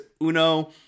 Uno